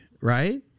right